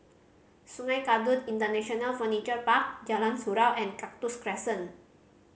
Sungei Kadut International Furniture Park Jalan Surau and Cactus Crescent